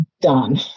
done